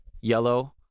yellow